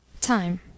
Time